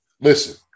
Listen